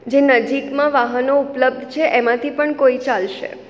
જે નજીકમાં વાહનો ઉપલબ્ધ છે એમાંથી પણ કોઈ ચાલશે